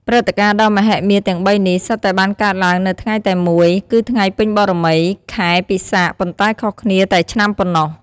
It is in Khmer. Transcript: ព្រឹត្តិការណ៍ដ៏មហិមាទាំងបីនេះ សុទ្ធតែបានកើតឡើងនៅថ្ងៃតែមួយ គឺថ្ងៃពេញបូណ៌មីខែពិសាខ ប៉ុន្តែខុសគ្នាតែឆ្នាំប៉ុណ្ណោះ។